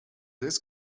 this